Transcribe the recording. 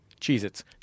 Cheez-Its